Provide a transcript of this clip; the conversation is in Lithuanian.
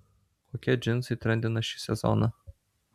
kokie džinsai trendina šį sezoną